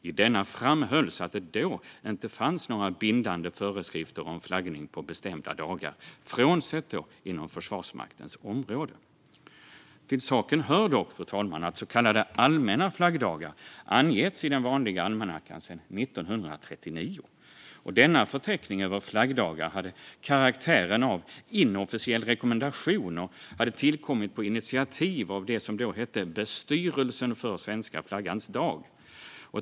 I denna framhölls att det då inte fanns några bindande föreskrifter om flaggning på bestämda dagar, frånsett inom Försvarsmaktens område. Till saken hör dock, fru talman, att så kallade allmänna flaggdagar angetts i den vanliga almanackan sedan 1939. Denna förteckning över flaggdagar hade karaktären av inofficiell rekommendation, och den hade tillkommit på initiativ av det som då hette Bestyrelsen för Svenska Flaggans Dag.